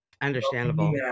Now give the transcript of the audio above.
understandable